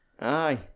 Aye